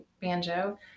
banjo